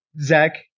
Zach